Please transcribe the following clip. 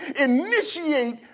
initiate